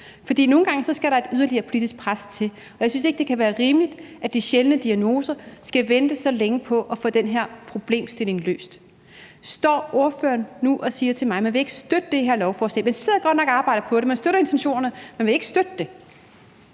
For nogle gange skal der et yderligere politisk pres til, og jeg synes ikke, det kan være rimeligt, at man i forhold til de sjældne diagnoser skal vente så længe på at få den her problemstilling løst. Står ordføreren nu og siger til mig, at man ikke vil støtte det her beslutningsforslag, at man godt nok sidder og arbejder på det, og at man støtter intentionerne, men at man ikke vil støtte det?